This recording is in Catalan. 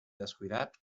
descuidat